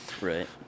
Right